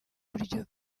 buryo